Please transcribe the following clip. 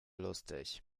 lustig